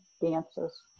dances